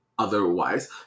Otherwise